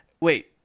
wait